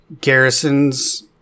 garrisons